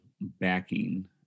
backing